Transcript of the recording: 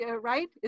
right